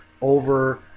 over